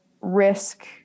risk